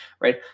right